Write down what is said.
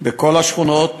בכל השכונות